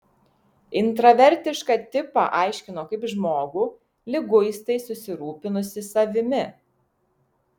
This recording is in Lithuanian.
intravertišką tipą aiškino kaip žmogų liguistai susirūpinusį savimi